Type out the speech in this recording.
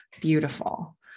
Beautiful